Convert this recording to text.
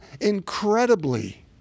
incredibly